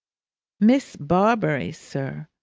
miss barbary, sir,